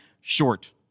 short